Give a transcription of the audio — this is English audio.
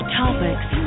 topics